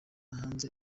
hanze